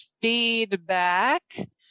feedback